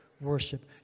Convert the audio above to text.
worship